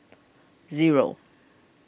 zero